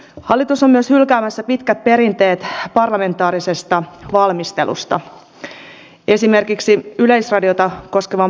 hallitus on myös hylkäämässä pitkät perinteet parlamentaarisesta valmistelusta esimerkiksi yleisradiota koskeva päätöksenteko